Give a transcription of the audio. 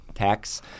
tax